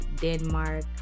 Denmark